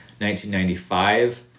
1995